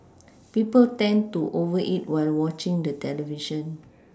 people tend to over eat while watching the television